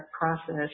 process